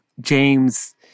James